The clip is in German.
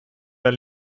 der